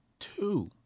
Two